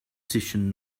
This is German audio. zwischen